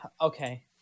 Okay